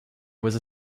was